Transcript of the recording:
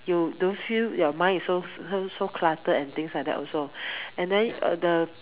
you don't feel your mind is so so so cluttered and things like that also and then uh the